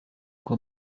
kwa